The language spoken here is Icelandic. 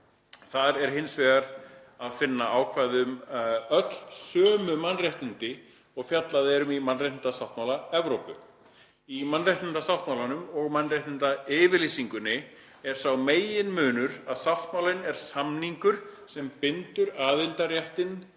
Þar er hins vegar að finna ákvæði um öll sömu mannréttindi og fjallað er um í mannréttindasáttmála Evrópu. Á mannréttindasáttmálanum og mannréttindayfirlýsingunni er sá meginmunur að sáttmálinn er samningur sem bindur aðildarríkin